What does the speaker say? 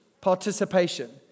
participation